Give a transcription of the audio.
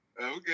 Okay